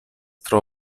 tro